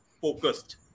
focused